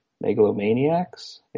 megalomaniacs